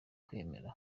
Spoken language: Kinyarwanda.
kwemera